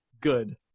good